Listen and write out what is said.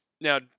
Now